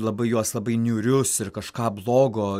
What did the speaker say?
labai juos labai niūrius ir kažką blogo